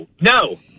no